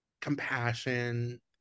compassion